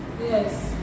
Yes